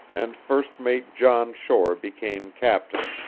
and first mate john shore became captain.